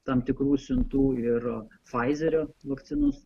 tam tikrų siuntų ir faizerio vakcinos